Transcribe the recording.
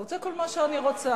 זה כל מה שאני רוצה.